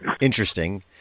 interesting